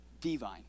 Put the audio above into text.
divine